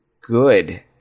good